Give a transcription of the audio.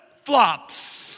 flops